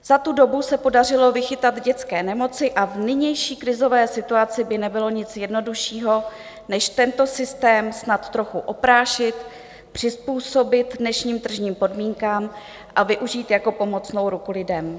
Za tu dobu se podařilo vychytat dětské nemoci a v nynější krizové situaci by nebylo nic jednoduššího než tento systém snad trochu oprášit, přizpůsobit dnešním tržním podmínkám a využít jako pomocnou ruku lidem.